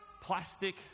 plastic